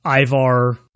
Ivar